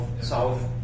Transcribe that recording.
south